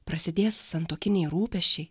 prasidės santuokiniai rūpesčiai